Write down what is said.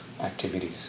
activities